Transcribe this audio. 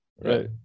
right